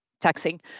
taxing